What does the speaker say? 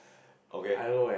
okay